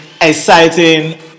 exciting